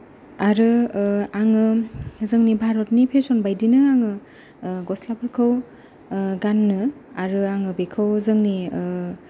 आरो ओ आङो जोंनि भारतनि फेसन बायदिनो आङो ओ गस्लाफोरखौ ओ गाननो आरो आङो बेखौ जोंनि ओ